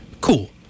Cool